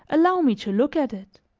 allow me to look at it.